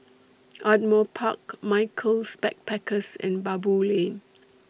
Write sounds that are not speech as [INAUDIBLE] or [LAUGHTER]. Ardmore Park Michaels Backpackers and Baboo Lane [NOISE]